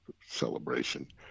celebration